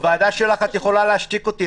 בוועדה שלך את יכולה להשתיק אותי.